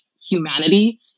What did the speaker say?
humanity